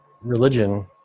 religion